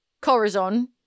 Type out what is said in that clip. Corazon